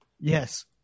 Yes